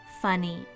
funny